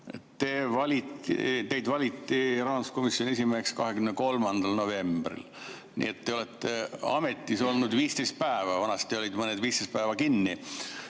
Teid valiti rahanduskomisjoni esimeheks 23. novembril, nii et te olete ametis olnud 15 päeva. Vanasti olid mõned 15 päeva kinni.